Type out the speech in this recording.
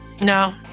No